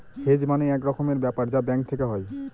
hedge মানে এক রকমের ব্যাপার যা ব্যাঙ্ক থেকে হয়